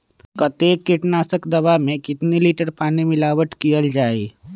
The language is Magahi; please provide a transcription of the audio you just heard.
कतेक किटनाशक दवा मे कितनी लिटर पानी मिलावट किअल जाई?